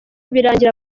birangira